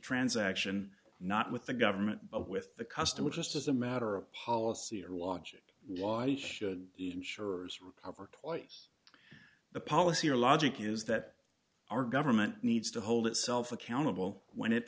transaction not with the government but with the customer just as a matter of policy or watch it why should the insurers repub or twice the policy or logic is that our government needs to hold itself accountable when it